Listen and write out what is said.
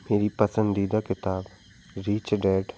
मेरी पसंदीदा किताब रिच डैड